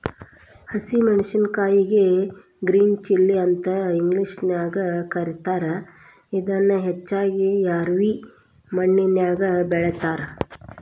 ಹಸಿ ಮೆನ್ಸಸಿನಕಾಯಿಗೆ green chilli ಅಂತ ಇಂಗ್ಲೇಷನ್ಯಾಗ ಕರೇತಾರ, ಇದನ್ನ ಹೆಚ್ಚಾಗಿ ರ್ಯಾವಿ ಮಣ್ಣಿನ್ಯಾಗ ಬೆಳೇತಾರ